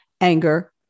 anger